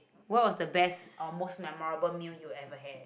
what was the best or most memorable meal you ever had